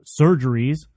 surgeries